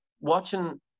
watching